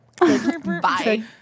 Bye